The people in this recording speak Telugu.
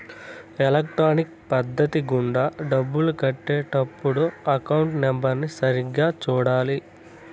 ఎలక్ట్రానిక్ పద్ధతి గుండా డబ్బులు కట్టే టప్పుడు అకౌంట్ నెంబర్ని సరిగ్గా సూడాలి